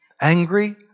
Angry